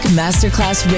masterclass